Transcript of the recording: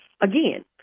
Again